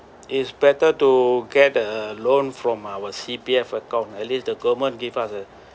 it's better to get a loan from our C_P_F account at least the government give us a